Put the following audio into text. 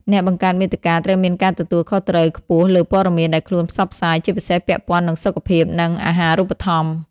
អ្នកបង្កើតមាតិកាត្រូវមានការទទួលខុសត្រូវខ្ពស់លើព័ត៌មានដែលខ្លួនផ្សព្វផ្សាយ ជាពិសេសពាក់ព័ន្ធនឹងសុខភាព និងអាហារូបត្ថម្ភ។